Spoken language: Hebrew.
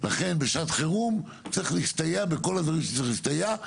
לכן בשעת חירום צריך להסתייע בכל הדברים שצריך להסתייע,